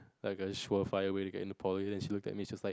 like a surefire way to get into Poly then she look at me she was like